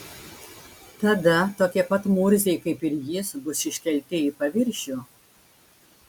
tada tokie pat murziai kaip ir jis bus iškelti į paviršių